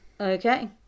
Okay